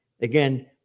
Again